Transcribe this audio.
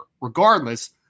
Regardless